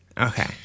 okay